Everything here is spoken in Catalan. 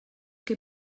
que